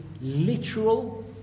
literal